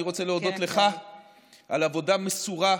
ואני רוצה להודות לך על עבודה מסורה,